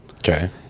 okay